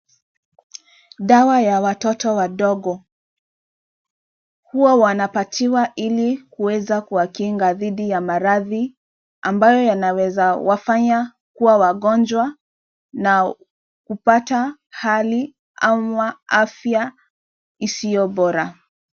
Dawa ya watoto wadogo. Huwa wanapatiwa ili kuweza kuwakinga dhidi ya maradhi ambayo yanaweza wafanya kuwa wagonjwa na kupata hali ama afya isiyo bora.